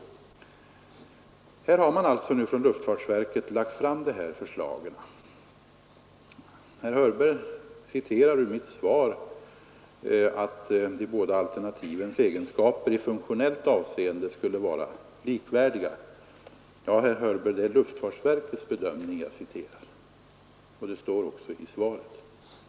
Man har alltså nu från luftfartsverket lagt fram dessa förslag. Herr Hörberg citerar ur mitt svar att de båda alternativens egenskaper i funktionellt avseende skulle vara likvärdiga. Ja, herr Hörberg, det är luftfartsverket som gör den bedömningen, och det står också i svaret.